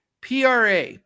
PRA